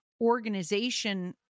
organization